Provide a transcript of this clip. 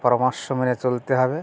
পরামর্শ মেনে চলতে হবে